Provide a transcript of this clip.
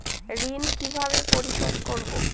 ঋণ কিভাবে পরিশোধ করব?